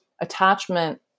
attachment